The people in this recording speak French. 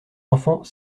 enfants